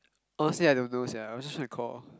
honestly I don't know sia I just recall